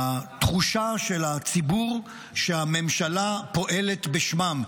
התחושה של הציבור שהממשלה פועלת בשמם.